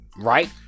Right